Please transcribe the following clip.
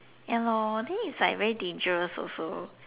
ya lor then is like very dangerous also